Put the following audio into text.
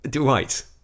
Right